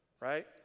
right